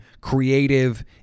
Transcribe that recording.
creative